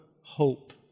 hope